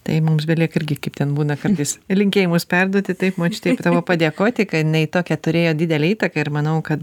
tai mums belieka irgi kaip ten būna kartais linkėjimus perduoti taip močiutei tavo padėkoti kad jinai tokią turėjo didelę įtaką ir manau kad